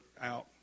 out